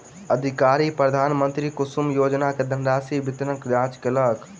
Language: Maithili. अधिकारी प्रधानमंत्री कुसुम योजना के धनराशि वितरणक जांच केलक